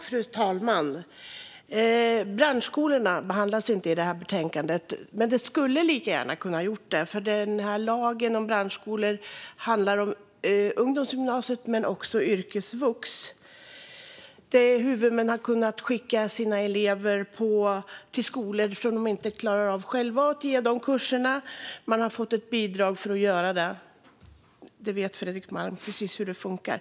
Fru talman! Branschskolorna behandlas inte i det här betänkandet, men de kunde lika gärna ha varit med. Lagen om branschskolor handlar om ungdomsgymnasiet och yrkesvux. Huvudmän har skickat elever till skolor eftersom de inte själva har kunnat ge kurserna, och de har fått ett bidrag för att göra det. Fredrik Malm vet precis hur det funkar.